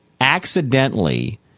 accidentally